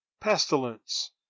pestilence